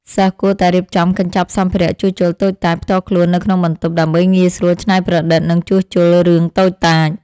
សិស្សគួរតែរៀបចំកញ្ចប់សម្ភារៈជួសជុលតូចតាចផ្ទាល់ខ្លួននៅក្នុងបន្ទប់ ដើម្បីងាយស្រួលច្នៃប្រឌិតនិងជួសជុលរឿងតូចតាច។